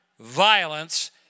violence